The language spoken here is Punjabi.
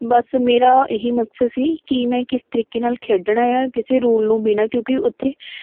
ਬਸ ਮੇਰਾ ਇਹੀ ਮਕਸਦ ਸੀ ਕਿ ਮੈਂ ਕਿਸ ਤਰੀਕੇ ਨਾਲ ਖੇਡਣਾ ਆ ਕਿਸੇ ਰੂਲ ਨੂੰ ਬਿਨਾਂ ਕਿਉਂਕਿ ਉੱਥੇ